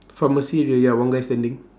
pharmacy area ya one guy standing